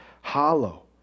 hollow